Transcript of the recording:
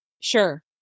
Sure